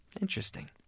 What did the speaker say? Interesting